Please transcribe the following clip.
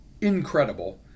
incredible